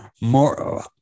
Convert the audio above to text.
More